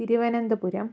Thiruvananthapuram